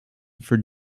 for